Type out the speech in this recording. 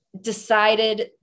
decided